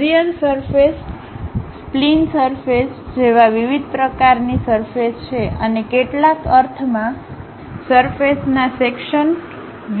Bezier surface spline surface જેવા વિવિધ પ્રકારની સરફેસ છે અને કેટલાક અર્થમાં સરફેસના સેક્શન